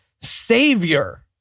Savior